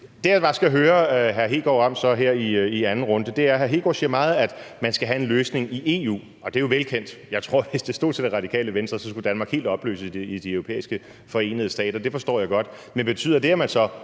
til, at hr. Kristian Hegaard siger meget, at man skal have en løsning i EU, og det er jo velkendt. Jeg tror, at hvis det stod til Radikale Venstre, skulle Danmark helt opløses i de europæiske forenede stater. Det forstår jeg godt, men betyder det, at man så